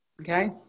Okay